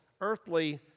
earthly